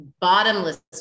bottomless